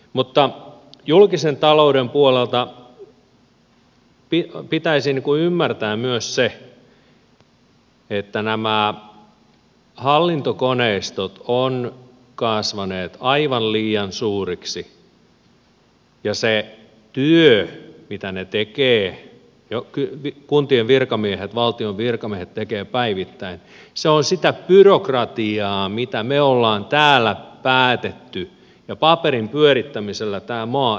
mutta julkisen talouden puolelta pitäisi ymmärtää myös se että nämä hallintokoneistot ovat kasvaneet aivan liian suuriksi ja se työ mitä kuntien virkamiehet ja valtion virkamiehet tekevät päivittäin se on sitä byrokratiaa mitä me olemme täällä päättäneet ja paperin pyörittämisellä tämä maa ei vain nouse